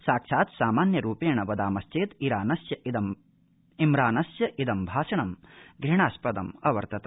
साक्षात्सामान्य रूपेण वदामश्चेत् इमरानस्येद भाषणं घूणास्पदम् अवर्तत